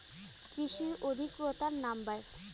কৃষি অধিকর্তার নাম্বার?